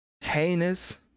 heinous